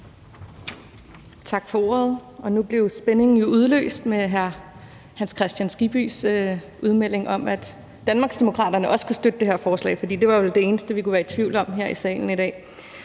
Tak for ordet. Nu blev spændingen udløst med hr. Hans Kristian Skibbys udmelding om, at Danmarksdemokraterne også kunne støtte det her forslag, for det var vel det eneste, vi kunne være tvivl om her i salen i dag.